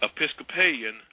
Episcopalian